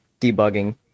debugging